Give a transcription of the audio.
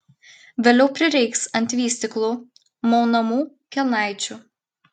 vėliau prireiks ant vystyklų maunamų kelnaičių